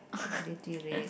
fertility rate